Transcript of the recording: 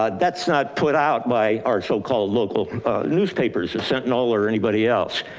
ah that's not put out by our so called local newspapers the sentinel, or anybody else.